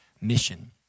mission